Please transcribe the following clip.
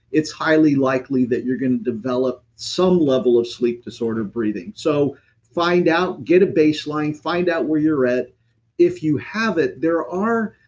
it's highly likely that you're going to develop some level of sleep disorder breathing. so find out, get a baseline, find out where you're at if you have it, there are,